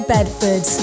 Bedford